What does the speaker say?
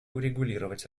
урегулировать